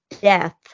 death